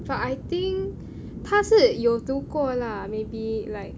but I think 他是有读过 lah maybe like